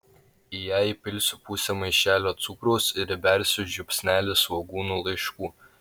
į ją įpilsiu pusę maišelio cukraus ir įbersiu žiupsnelį svogūnų laiškų